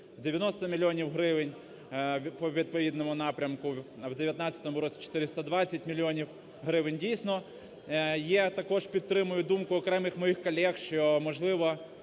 90 мільйонів гривень по відповідному напрямку, а в 2019 році - 420 мільйонів гривень. Дійсно, я також підтримую думку окремих моїх колег, що можливо